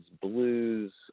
blues